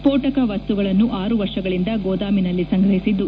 ಸ್ಪೋಟಕ ವಸ್ತುಗಳನ್ನು ಆರು ವರ್ಷಗಳಿಂದ ಗೋದಾಮಿನಲ್ಲಿ ಸಂಗಹಿಸಿದ್ದು